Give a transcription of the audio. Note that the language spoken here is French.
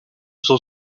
sont